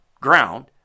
ground